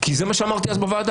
כי זה מה שאמרתי אז בוועדה.